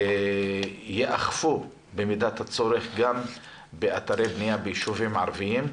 וייאכפו במידת הצורך גם באתרי בנייה ביישובים ערביים,